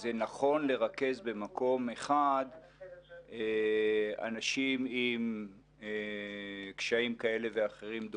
זה נכון לרכז במקום אחד אנשים עם קשיים דומים כאלה ואחרים?